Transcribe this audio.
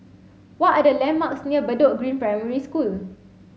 what are the landmarks near Bedok Green Primary School